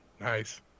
Nice